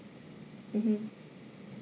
mmhmm